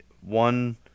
one